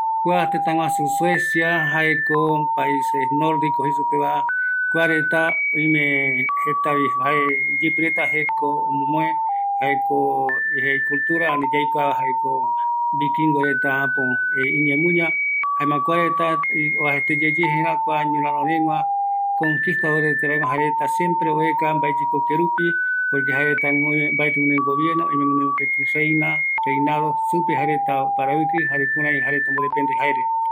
Kua tëtä suecia, jaeko nordico jei superetava, kuareta jaeño vikingoreta iñemuña, arakae yave kua reta oeka oipotarupi mbaeyekou, jaereta oyemboete yae jekoretape, oaɨu yae jekoreta